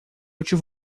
tive